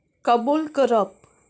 कबूल करप